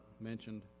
mentioned